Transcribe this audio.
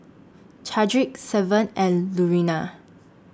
Chadrick Severt and Lurena